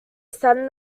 saturn